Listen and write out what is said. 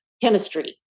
chemistry